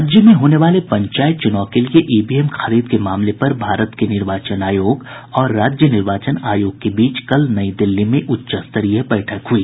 राज्य में होने वाले पंचायत चुनाव के लिए ईवीएम खरीद के मामले पर भारत के निर्वाचन आयोग और राज्य निर्वाचन आयोग के बीच कल नई दिल्ली में उच्च स्तरीय बैठक हई